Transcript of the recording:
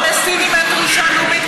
כי אם לפלסטינים אין דרישה לאומית,